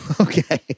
Okay